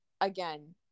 again